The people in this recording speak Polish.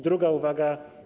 Druga uwaga.